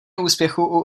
úspěchu